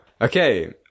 Okay